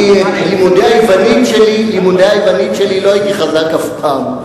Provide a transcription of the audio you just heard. אני מודה שבלימודי היוונית שלי לא הייתי חזק אף פעם.